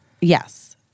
Yes